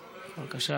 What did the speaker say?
בבקשה,